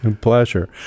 Pleasure